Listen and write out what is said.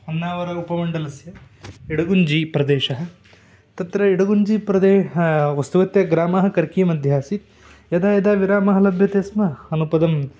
होन्नावर उपमण्डलस्य इडगुञ्जि प्रदेशः तत्र इडगुञ्जि प्रदेशः वस्तुतः ग्रामः कर्की मध्ये आसीत् यदा यदा विरामः लभ्यते स्म अनुपदं